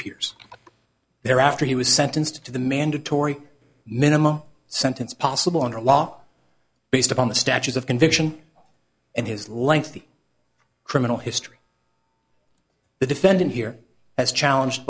peers there after he was sentenced to the mandatory minimum sentence possible under a law based upon the statues of conviction and his lengthy criminal history the defendant here has challenge